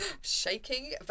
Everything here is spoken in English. shaking